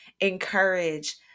encourage